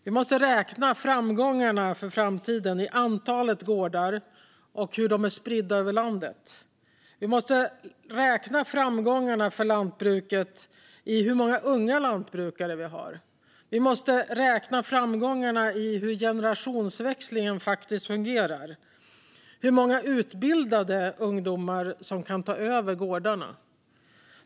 Vi måste räkna framgångarna för framtiden i antalet gårdar och hur de är spridda över landet. Vi måste räkna framgångarna för lantbruket i hur många unga lantbrukare vi har. Vi måste räkna framgångarna i hur generationsväxlingen faktiskt fungerar och i hur många utbildade ungdomar det finns som kan ta över gårdarna.